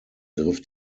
griff